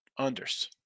unders